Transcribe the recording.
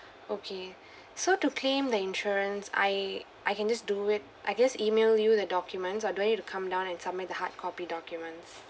okay so to claim the insurance I I can just do it I just email you the documents I don't need to come down and submit the hard copy documents